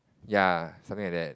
ya something like that